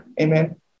Amen